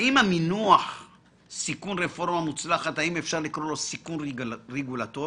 האם למינוח "סיכון רפורמה מוצלחת" אפשר לקרוא סיכון רגולטורי?